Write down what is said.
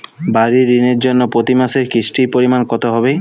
বাড়ীর ঋণের জন্য প্রতি মাসের কিস্তির পরিমাণ কত হবে?